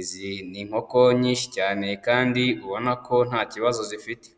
izi ni inkoko nyinshi cyane kandi ubona ko nta kibazo zifite.